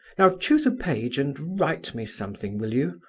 now choose a page and write me something, will you?